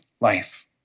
life